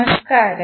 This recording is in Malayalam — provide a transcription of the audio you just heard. നമസ്കാരം